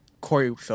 Corey